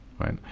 right